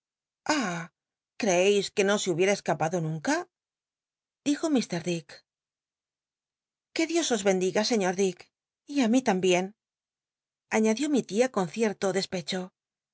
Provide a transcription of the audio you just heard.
creeis que no se hubiera escapado nunca dijo mr dick que dios os bendiga señor dick y ti mi la mbien añadió mi tia con cierto despecho